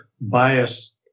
biased